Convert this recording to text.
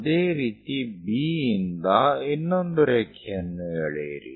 ಅದೇ ರೀತಿ B ಯಿಂದ ಇನ್ನೊಂದು ರೇಖೆಯನ್ನು ಎಳೆಯಿರಿ